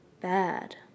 bad